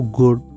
good